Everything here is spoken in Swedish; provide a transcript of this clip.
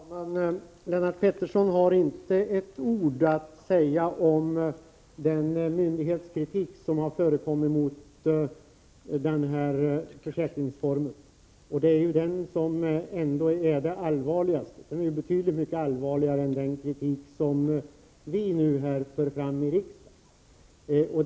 Herr talman! Lennart Pettersson har inte ett ord att säga om den myndighetskritik som har förekommit mot den här försäkringsformen. Det är ju den som ändå är det allvarligaste — betydligt mycket allvarligare än den kritik som vi nu för fram här i riksdagen.